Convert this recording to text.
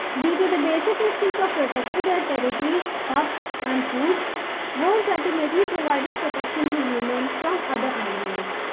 due to the basic instinct of protecting their territory, pups, and food wolves ultimately provided protection to human from other animals.